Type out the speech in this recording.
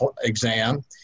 Exam